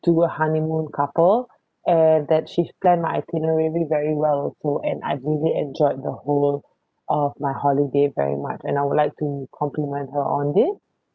to a honeymoon couple and that she's planned my itinerary very well also and I really enjoyed the whole of my holiday very much and I would like to compliment her on this